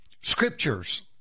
scriptures